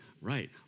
right